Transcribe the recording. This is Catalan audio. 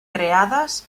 creades